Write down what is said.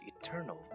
eternal